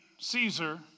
Caesar